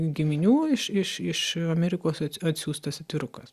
giminių iš iš iš amerikos atsiųstas atvirukas